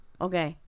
okay